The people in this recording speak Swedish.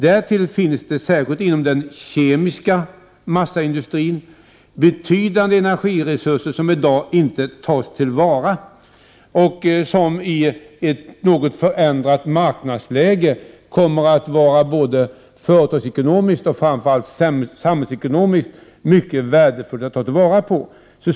Det finns, särskilt inom den kemiska massaindustrin, betydande energiresurser, som i dag inte tas till vara men som i ett något förändrat marknadsläge kommer att vara både företagsekonomiskt och framför allt samhällsekonomiskt mycket värdefulla.